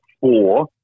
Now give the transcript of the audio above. four